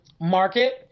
market